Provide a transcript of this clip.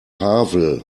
havel